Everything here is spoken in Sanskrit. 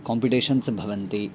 काम्पिटेशन्स् भवन्ति